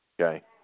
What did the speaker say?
Okay